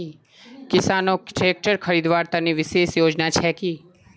किसानोक ट्रेक्टर खरीदवार तने विशेष योजना छे कि?